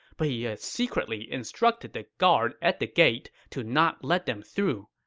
but he had secretly instructed the guard at the gate to not let them through.